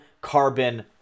carbon